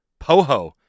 POHO